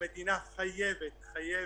יו"ר איגוד חברות האשראי.